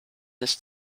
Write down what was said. this